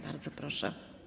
Bardzo proszę.